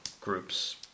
group's